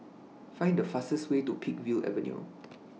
Find The fastest Way to Peakville Avenue